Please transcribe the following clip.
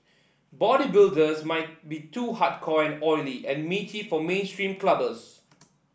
bodybuilders might be too hardcore and oily and meaty for mainstream clubbers